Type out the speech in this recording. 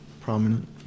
prominent